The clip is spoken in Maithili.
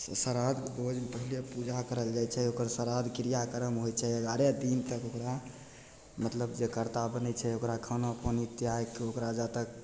श्राद्धके भोजमे पहिले पूजा करल जाइ छै ओकर श्राद्ध क्रियाकर्म होइ छै एगारह दिनतक ओकरा मतलब जे करता बनै छै ओकरा खाना पानी त्यागिके ओकरा जा तक